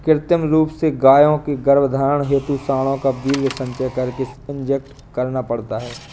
कृत्रिम रूप से गायों के गर्भधारण हेतु साँडों का वीर्य संचय करके इंजेक्ट करना पड़ता है